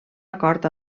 acord